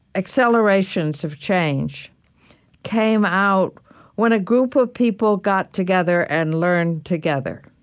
accelerations of change came out when a group of people got together and learned together